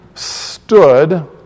stood